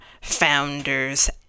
founders